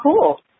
cool